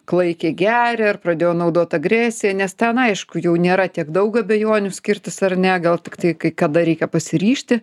klaikiai geria ir pradėjo naudot agresiją nes ten aišku jau nėra tiek daug abejonių skirtis ar ne gal tiktai kai kada reikia pasiryžti